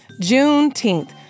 Juneteenth